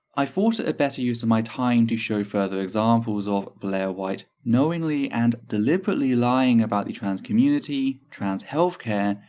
i thought it a better use of my time to show further examples of blaire white knowingly and deliberately lying about the trans community, trans healthcare,